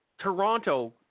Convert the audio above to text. Toronto